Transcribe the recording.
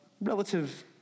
relative